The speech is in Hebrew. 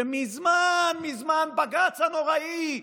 שמזמן מזמן בג"ץ הנוראי,